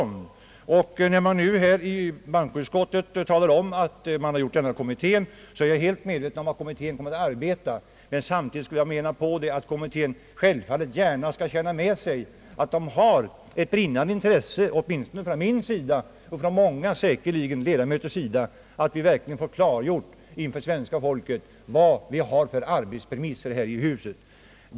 När bankoutskottet nu talar om att en kommitté har tillsatts i denna fråga, så vill jag uttala att denna kommitté självfallet kan räkna med ett brinnande intresse, åtminstone från min och säkerligen många andra riksdagsledamöters sida, för att svenska folket skall få klart för sig vilka arbetspremisser vi har här i huset.